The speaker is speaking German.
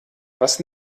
was